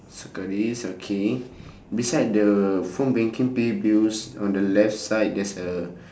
circle this okay beside the phone banking pay bills on the left side there's a